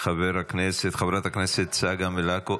חברת הכנסת צגה מלקו.